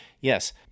Yes